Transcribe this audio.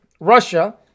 Russia